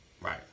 Right